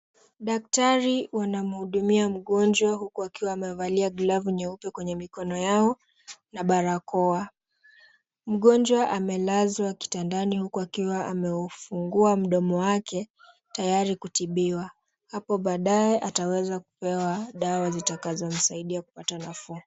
Daktari wanamhudumia mgonjwa huku akiwa amevalia glavu nyeupe kwenye mikono yao na barakoa. Mgonjwa amelazwa kitandani huku akiwa ameufungua mdomo wake tayari kutibiwa. Hapo baadaye ataweza kupewa dawa zitakazomsaidia kupata nafuu.